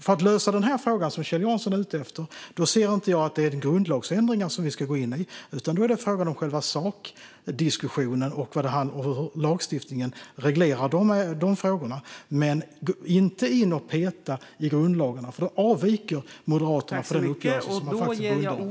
För att lösa det som Kjell Jansson tog upp ser jag inte att det är grundlagsändringar som vi ska gå in på, utan då är det fråga om själva sakdiskussionen och hur lagstiftningen reglerar dessa frågor. Gå inte in och peta i grundlagarna, för då avviker ni i Moderaterna från den uppgörelse som ni faktiskt är bundna av!